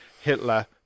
Hitler